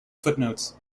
footnotes